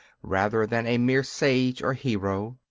rather than a mere sage or hero.